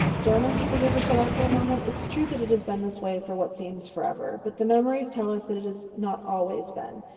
jonas, the giver said, after a moment, it's true that it has been this way for what seems forever. but the mem ories tell us that it has not always been.